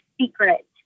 secret